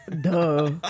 Duh